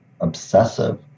obsessive